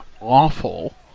awful